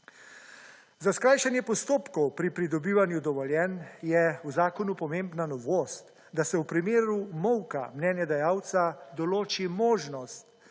Za skrajšanje postopkov pri pridobivanju dovoljenj je v zakonu pomembna novost, da se v primeru molka mnenje dajalca določi možnost,